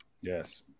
Yes